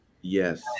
Yes